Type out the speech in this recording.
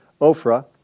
Ophrah